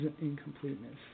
incompleteness